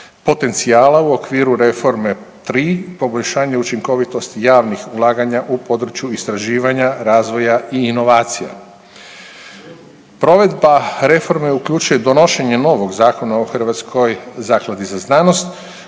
potencijala u okviru reforme 3 poboljšanje učinkovitosti javnih ulaganja u području istraživanja, razvoja i inovacija. Provedba reforme uključuje donošenje novog Zakona o Hrvatskoj zakladi za znanost